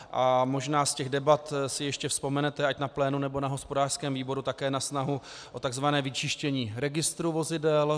A možná si z těch debat ještě vzpomenete, ať na plénu, tak na hospodářském výboru, také na snahu o takzvané vyčištění registru vozidel.